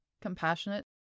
compassionate